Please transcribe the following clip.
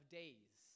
days